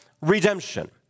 redemption